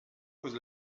cause